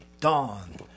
Dawn